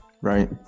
right